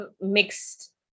mixed